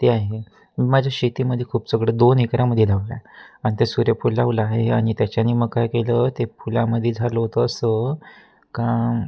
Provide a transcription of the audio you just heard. ते आहे मी माझ्या शेतीमध्ये खूप सगळं दोन एकरामध्ये लावलं आहे आणिते सूर्यफूल लावलं आहे आणि त्याच्याने मग काय केलं ते फुलामध्ये झालं होतं असं का